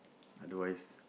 otherwise